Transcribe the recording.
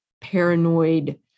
paranoid